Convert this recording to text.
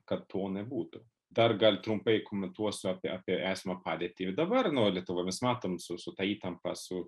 kad to nebūtų dar gal trumpai komentuosiu apie apie esamą padėtį ir dabar nu lietuvoj mes matom su su ta įtampa su